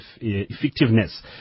effectiveness